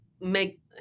make